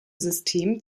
system